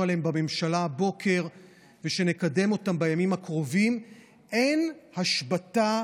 עליהם בממשלה הבוקר ושנקדם בימים הקרובים אין השבתה,